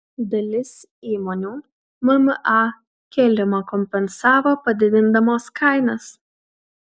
dalis įmonių mma kėlimą kompensavo padidindamos kainas